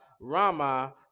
Rama